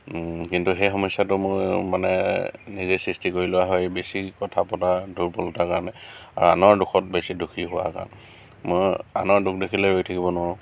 কিন্তু সেই সমস্যাটো মই মানে নিজে সৃষ্টি কৰি লোৱা হয় বেছি কথা পতাৰ দুৰ্বলতাৰ কাৰণে আৰু আনৰ দুখত বেছি দুখি হোৱাৰ কাৰণে মই আনৰ দুখ দেখিলে ৰৈ থাকিব নোৱাৰোঁ